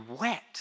wet